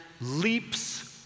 leaps